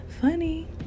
Funny